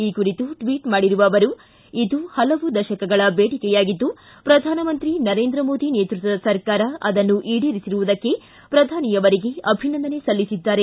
ಈ ಕುರಿತು ಟ್ವೀಟ್ ಮಾಡಿರುವ ಅವರು ಇದು ಹಲವು ದಶಕಗಳ ಬೇಡಿಕೆಯಾಗಿದ್ದು ಪ್ರಧಾನಮಂತ್ರಿ ನರೇಂದ್ರ ಮೋದಿ ನೇತೃತ್ವದ ಸರ್ಕಾರ ಅದನ್ನು ಈಡೇರಿಸಿರುವುದಕ್ಕೆ ಪ್ರಧಾನಿ ಅವರಿಗೆ ಅಭಿನಂದನೆ ಸಲ್ಲಿಸಿದ್ದಾರೆ